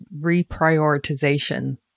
reprioritization